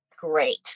great